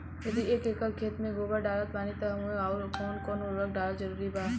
यदि एक एकर खेत मे गोबर डालत बानी तब ओमे आउर् कौन कौन उर्वरक डालल जरूरी बा?